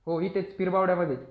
हो इथेच पिरबावड्यामध्ये